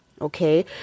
okay